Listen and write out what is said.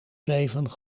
zeven